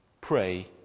pray